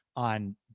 On